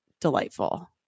delightful